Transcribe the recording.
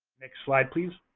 next slide, please.